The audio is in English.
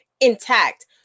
intact